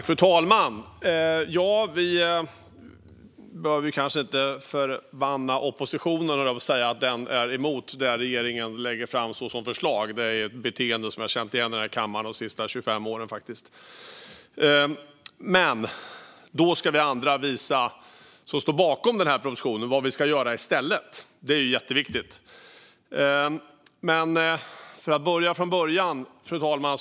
Fru talman! Vi behöver kanske inte förbanna oppositionen, höll jag på att säga. Den är emot det förslag som regeringen lägger fram. Det är ett beteende som jag känner igen från de senaste 25 åren i den här kammaren. Men då ska vi andra, som står bakom propositionen, visa vad vi ska göra i stället. Det är jätteviktigt. Fru talman!